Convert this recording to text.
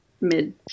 mid